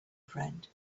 friend